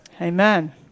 Amen